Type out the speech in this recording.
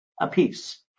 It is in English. apiece